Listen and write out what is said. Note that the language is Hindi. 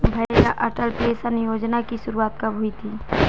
भैया अटल पेंशन योजना की शुरुआत कब हुई थी?